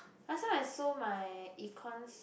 last time I sold my econs